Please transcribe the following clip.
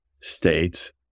states